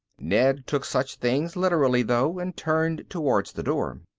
ned took such things literally though, and turned towards the door.